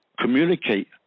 communicate